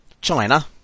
China